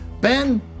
Ben